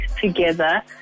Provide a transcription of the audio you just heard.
together